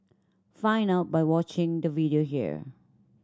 find out by watching the video here